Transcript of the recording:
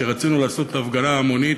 כשרצינו לעשות הפגנה המונית,